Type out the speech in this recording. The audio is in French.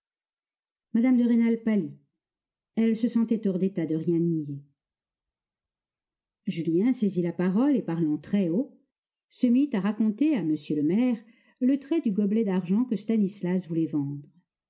de rênal pâlit elle se sentait hors d'état de rien nier julien saisit la parole et parlant très haut se mit à raconter à m le maire le trait du gobelet d'argent que stanislas voulait vendre